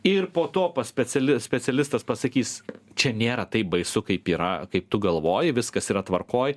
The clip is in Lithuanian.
ir po to pas speciali specialistas pasakys čia nėra taip baisu kaip yra kaip tu galvoji viskas yra tvarkoj